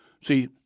see